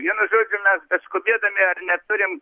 vienu žodžiu mes beskubėdami ar neturim